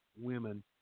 women